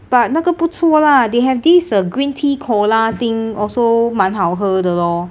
but 那个不错 lah they have this uh green tea cola thing also 蛮好喝的 lor